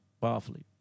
powerfully